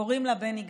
קוראים לה בני גנץ.